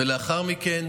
ולאחר מכן